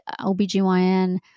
OBGYN